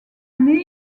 année